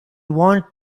want